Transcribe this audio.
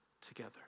together